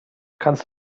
kannst